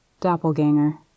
Doppelganger